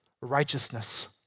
righteousness